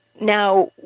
Now